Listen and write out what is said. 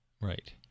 right